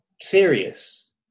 serious